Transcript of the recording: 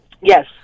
Yes